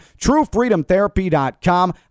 TrueFreedomTherapy.com